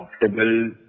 comfortable